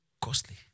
costly